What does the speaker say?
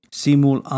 simul